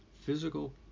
physical